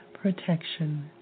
protection